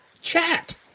chat